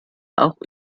auch